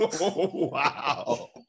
wow